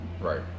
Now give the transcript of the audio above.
Right